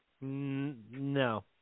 No